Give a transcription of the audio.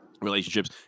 relationships